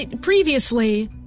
previously